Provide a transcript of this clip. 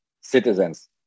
citizens